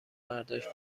برداشت